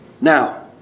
Now